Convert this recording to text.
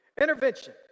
Intervention